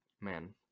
man